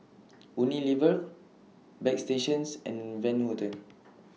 Unilever Bagstationz and Van Houten